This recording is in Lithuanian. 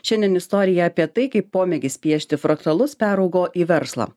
šiandien istorija apie tai kaip pomėgis piešti fraktalus peraugo į verslą